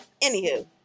Anywho